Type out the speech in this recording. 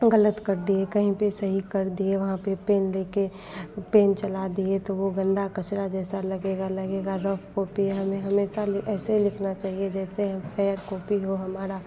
ग़लत कर दिए कहीं पर सही कर दिए वहाँ पर पेन लेकर पेन चला दिए तो वह गंदी कचरे जैसी लगेगी लगेगा रफ कॉपी हमें हमेशा ऐसे ही लिखना चाहिए जैसे फेयर कॉपी हो हमारी